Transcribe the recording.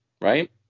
right